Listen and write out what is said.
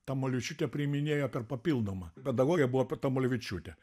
tamulevičiūtė priiminėjo per papildomą pedagogė buvo tamulevičiūtė